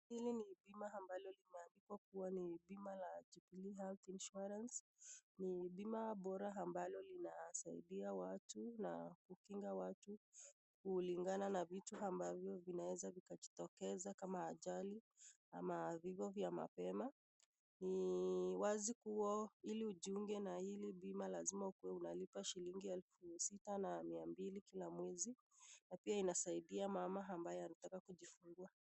Hili ni bima ambalo limeandikwa kuwa ni bima la, Jubilee Health Insurance. Ni bima bora ambalo linawasaidia watu na kukinga watu kulingana na vitu ambavyo vinaweza vikajitokeza kama ajali ama vifo vya mapema. Ni wazi kuwa ili ujiunge na hili bima lazima ukuwe unalipa shilingi elfu sita na mia mbili kila mwezi. Na pia inasaidia mama ambaye anataka kujifungua.